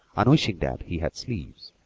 and wishing that he had sleeves,